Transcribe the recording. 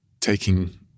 taking